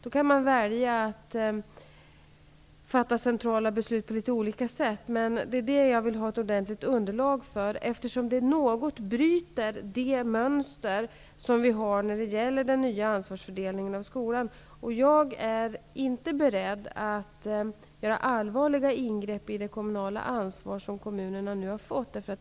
Då kan man välja att fatta centrala beslut på litet olika sätt. Det är det jag vill ha ett ordentligt underlag för, eftersom det något bryter det mönster som vi har för den nya ansvarsfördelningen inom skolan. Jag är inte beredd att göra allvarliga ingrepp i det kommunala ansvar som kommunerna nu har fått.